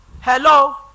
Hello